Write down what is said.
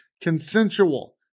Consensual